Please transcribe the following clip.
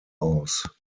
aus